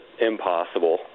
Impossible